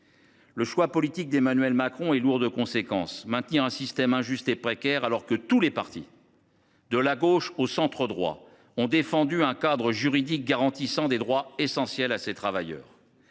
Le choix politique d’Emmanuel Macron est lourd de conséquences : maintenir un système injuste et précaire, alors que tous les partis, de la gauche au centre droit, ont défendu un cadre juridique garantissant des droits essentiels à ces travailleurs.